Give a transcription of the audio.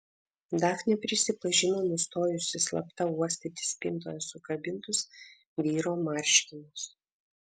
dafnė prisipažino nustojusi slapta uostyti spintoje sukabintus vyro marškinius